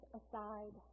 aside